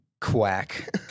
Quack